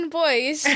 boys